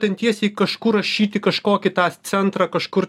ten tiesiai kažkur rašyti kažkokį tą centrą kažkur